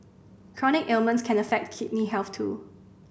chronic ailments can affect kidney health too